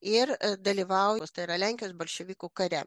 ir dalyvau tai yra lenkijos bolševikų kare